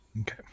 Okay